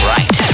Right